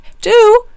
two